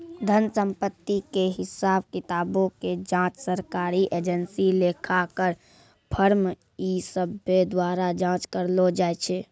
धन संपत्ति के हिसाब किताबो के जांच सरकारी एजेंसी, लेखाकार, फर्म इ सभ्भे द्वारा जांच करलो जाय छै